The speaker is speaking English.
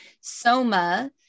Soma